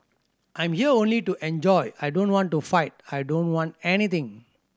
I'm here only to enjoy I don't want to fight I don't want anything